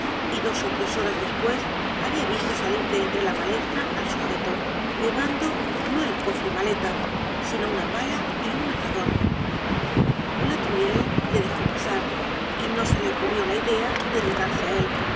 y dos ó tres horas despues habia visto salir de entre la maleza al sugeto llevando no el cofre maleta sino una pala y un azadon boulatruelle le dejó pasar y no se le ocurrió la idea de llegarse á él